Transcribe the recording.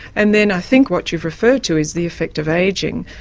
and then i think what you referred to is the effect of ageing,